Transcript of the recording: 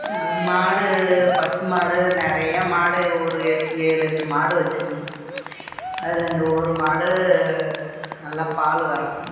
நாங்கள் மாடு பசு மாடு நிறையா மாடு ஒரு எட் ஏழு எட்டு மாடு வச்சுருந்தோம் அதில் இந்த ஒரு மாடு நல்லா பாலு கறக்கும்